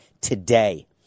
today